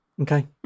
Okay